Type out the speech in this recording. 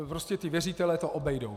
Prostě ti věřitelé to obejdou.